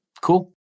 Cool